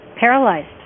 paralyzed